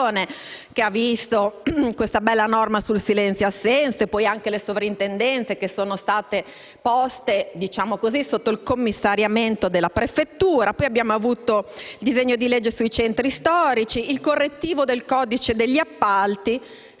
che ha visto questa bella norma sul silenzio-assenso e poi anche le Soprintendenze sono state poste sotto il commissariamento della prefettura. Ancora, abbiamo avuto il disegno di legge sui centri storici e il correttivo del codice degli appalti.